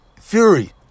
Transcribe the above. Fury